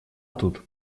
тут